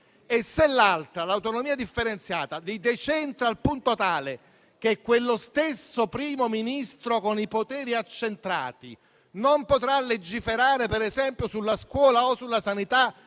mentre l'altra, l'autonomia differenziata, li decentra al punto tale che quello stesso Primo Ministro con i poteri accentrati non potrà legiferare, per esempio, su scuola o sanità